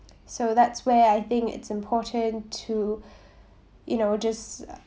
so that's where I think it's important to you know just